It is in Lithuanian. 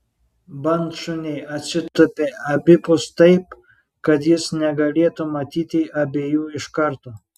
bandšuniai atsitūpė abipus taip kad jis negalėtų matyti abiejų iškarto